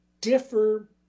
differ